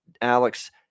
Alex